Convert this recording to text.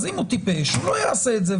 אז אם הוא טיפש לא יעשה את זה,